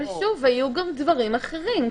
אבל היו גם דברים אחרים,